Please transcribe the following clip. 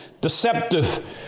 deceptive